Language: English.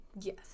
Yes